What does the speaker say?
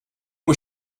was